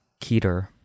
Keter